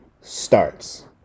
starts